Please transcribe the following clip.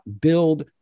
build